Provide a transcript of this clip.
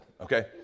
okay